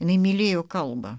jinai mylėjo kalba